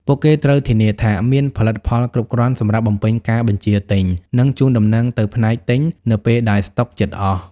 ពួកគេត្រូវធានាថាមានផលិតផលគ្រប់គ្រាន់សម្រាប់បំពេញការបញ្ជាទិញ និងជូនដំណឹងទៅផ្នែកទិញនៅពេលដែលស្តុកជិតអស់។